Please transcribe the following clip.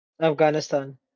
Afghanistan